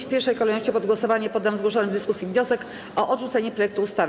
W pierwszej kolejności pod głosowanie poddam zgłoszony w dyskusji wniosek o odrzucenie projektu ustawy.